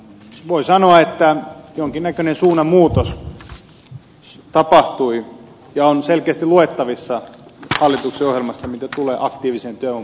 voi sanoa että jonkinnäköinen suunnanmuutos tapahtui ja on selkeästi luettavissa hallituksen ohjelmasta mitä tulee aktiiviseen työvoimapolitiikkaan